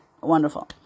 Wonderful